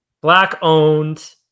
black-owned